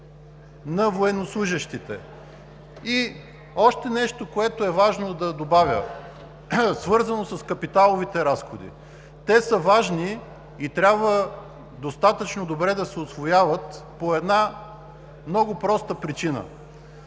на военнослужещите. И още нещо, което е важно да добавя, свързано е с капиталовите разходи, те са важни и трябва достатъчно добре да се усвояват по една много проста причина.